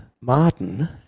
Martin